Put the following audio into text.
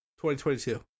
2022